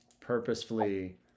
purposefully